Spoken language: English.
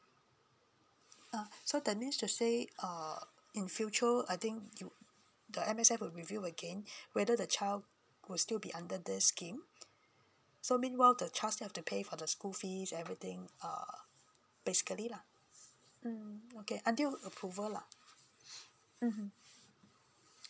ah so that means to say err in future I think you the M_S_F will review again whether the child will still be under this scheme so meanwhile the child still have to pay for the school fees everything err basically lah mm okay until approval lah mmhmm